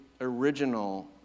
original